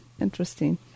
Interesting